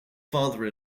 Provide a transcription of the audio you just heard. father